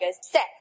set